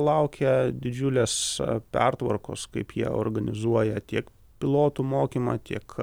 laukia didžiulės pertvarkos kaip jie organizuoja tiek pilotų mokymą tiek